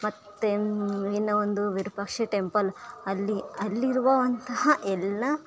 ಮತ್ತು ಇನ್ನು ಇನ್ನು ಒಂದು ವಿರೂಪಾಕ್ಷ ಟೆಂಪಲ್ ಅಲ್ಲಿ ಅಲ್ಲಿರುವಂತಹ ಎಲ್ಲ